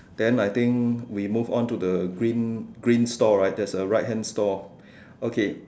then I think we move on to the green green store right there's a right hand store okay